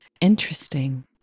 Interesting